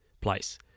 Place